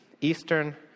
eastern